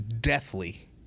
deathly